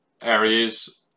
areas